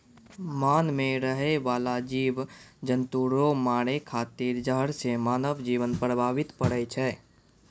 मान मे रहै बाला जिव जन्तु रो मारै खातिर जहर से मानव जिवन प्रभावित पड़ै छै